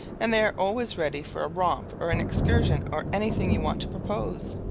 and they are always ready for a romp or an excursion or anything you want to propose.